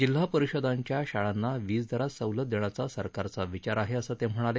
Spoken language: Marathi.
जिल्हा परिषदेच्या शाळांना वीज दरात सवलत देण्याचा सरकारचा विचार आहे असं ते म्हणाले